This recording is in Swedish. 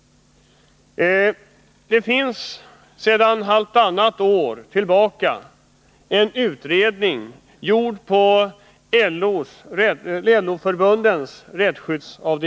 Det finns sedan halvtannat år tillbaka en utredning gjord på LO Förbundens Rättsskydd AB.